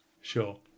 Sure